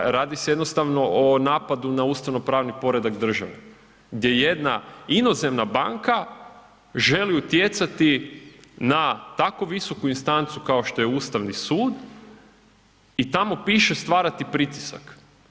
To se, radi se jednostavno o napadu na ustavno-pravni poredak države gdje jedna inozemna banka želi utjecati na tako visoku instancu kao što je Ustavni sud i tamo piše stvarati pritisak.